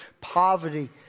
poverty